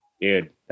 dude